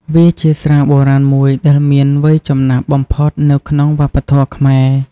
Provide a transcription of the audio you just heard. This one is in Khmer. វាជាស្រាបុរាណមួយដែលមានវ័យចំណាស់បំផុតនៅក្នុងវប្បធម៌ខ្មែរ។